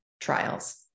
trials